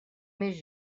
més